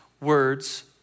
words